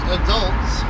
adults